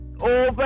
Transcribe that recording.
over